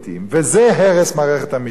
וזה הרס מערכת המשפט.